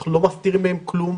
אנחנו לא מסתירים מהם כלום,